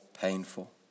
painful